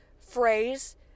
phrase